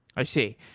i see.